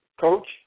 coach